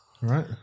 Right